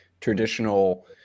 traditional